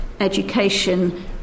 education